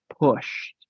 pushed